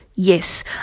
Yes